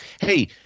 Hey